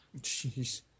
Jeez